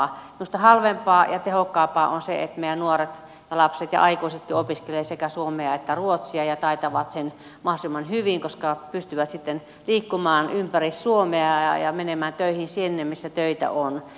minusta halvempaa ja tehokkaampaa on se että meidän nuoret ja lapset ja aikuisetkin opiskelevat sekä suomea että ruotsia ja taitavat ne mahdollisimman hyvin koska pystyvät sitten liikkumaan ympäri suomea ja menemään töihin sinne missä töitä on